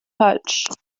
falsch